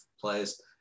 players